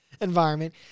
environment